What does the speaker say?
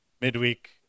midweek